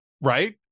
Right